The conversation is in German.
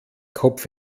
kopf